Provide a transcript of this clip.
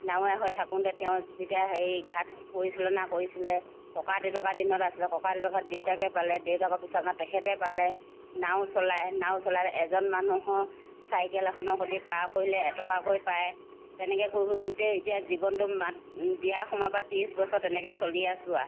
নাৱৰীয়া হৈ থাকোঁতে তেওঁ যেতিয়া হেৰি ঘাট পৰিচালনা কৰিছিলে ককা দেউতাকৰ দিনত আছিলে ককা দেউতাকৰ দেউতাকে পালে দেউতাকৰ পিছত আমাৰ তেখেতে পালে নাও চলায় নাও চলাই এজন মানুহৰ চাইকেল এখনৰ সৈতে পাৰ কৰিলে এটকাকৈ পায় তেনেকৈ কৰি কৰি গোটেই এতিয়া জীৱনটো মা এতিয়া বিয়া সোমোৱাৰ পৰা ত্ৰিছ বছৰ তেনেকৈ চলি আছোঁ আৰু